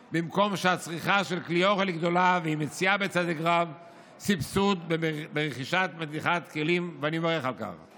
בנוסף, קיימת מציאות, רבים מאיתנו מודעים